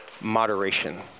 moderation